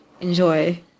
Enjoy